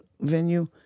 venue